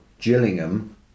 Gillingham